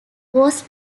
whose